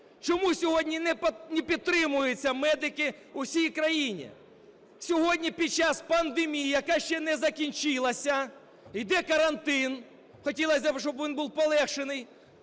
Чому сьогодні не підтримуються медики у всій країні? Сьогодні під час пандемії, яка ще не закінчилась, йде карантин, хотілося, щоб він був полегшений,